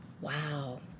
Wow